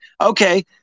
Okay